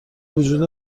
وجود